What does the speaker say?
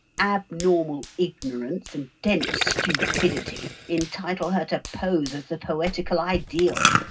abnormal ignorance and dense stupidity entitle her to pose as the poetical ideal.